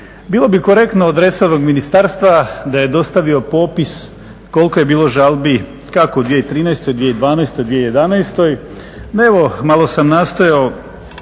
Bilo bi korektno od resornog ministarstva da je dostavio popis koliko je bilo žalbi kako u 2013., 2012., 2011.